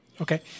Okay